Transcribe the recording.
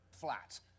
Flat